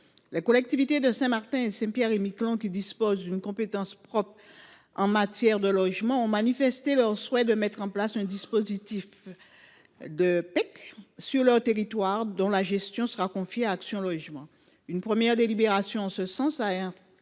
Les collectivités de Saint Martin et de Saint Pierre et Miquelon, qui disposent d’une compétence propre en matière de logement, ont manifesté leur souhait de mettre en place un dispositif de Peec sur leur territoire, dont la gestion serait confiée à Action Logement. Une première délibération en ce sens a été